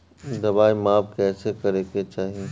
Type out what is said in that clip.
दवाई माप कैसे करेके चाही?